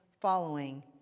following